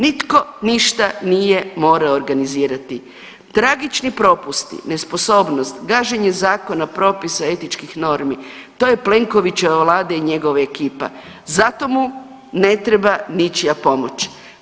Nitko ništa nije morao organizirati, tragični propusti, nesposobnost, gaženje zakona, propisa, etičkih normi to je Plenkovićeva vlada i njegova ekipa za to mu ne treba ničija pomoć.